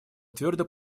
твердо